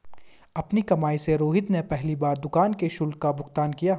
अपनी कमाई से रोहित ने पहली बार दुकान के शुल्क का भुगतान किया